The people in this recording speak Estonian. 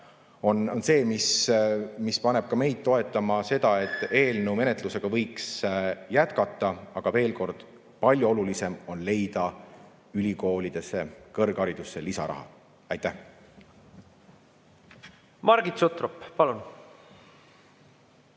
on see, mis paneb ka meid toetama seda, et eelnõu menetlusega võiks jätkata. Aga veel kord: palju olulisem on leida ülikoolidesse, kõrgharidusse lisaraha. Aitäh! Margit Sutrop, palun!